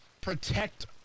protect